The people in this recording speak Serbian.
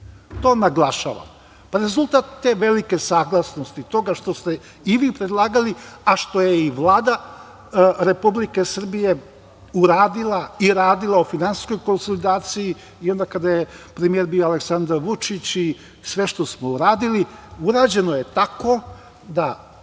to naglašavam. Rezultat te velike saglasnosti, toga što ste i vi predlagali, a što je i Vlada Republike Srbije uradila i radila o finansijskoj konsolidaciji i onda kada je premijer bio Aleksandar Vučić i sve što smo uradili, urađeno je tako da